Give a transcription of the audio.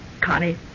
Connie